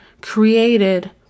created